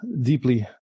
deeply